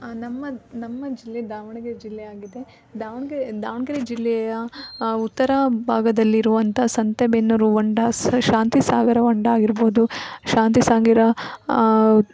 ನಮ್ಮ ನಮ್ಮ ಜಿಲ್ಲೆ ದಾವಣಗೆರೆ ಜಿಲ್ಲೆ ಆಗಿದೆ ದಾವಣಗೆರೆ ದಾವಣಗೆರೆ ಜಿಲ್ಲೆಯ ಉತ್ತರ ಭಾಗದಲ್ಲಿರುವಂಥ ಸಂತೆಬೆನ್ನೂರು ಹೊಂಡ ಸ್ ಶಾಂತಿಸಾಗರ ಹೊಂಡ ಆಗಿರ್ಬೋದು ಶಾಂತಿಸಾಗರ